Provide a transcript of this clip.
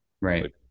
Right